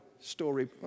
story